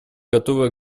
готовы